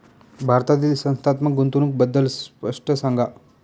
भारतातील संस्थात्मक गुंतवणूक बद्दल स्पष्ट सांगा